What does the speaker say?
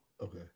Okay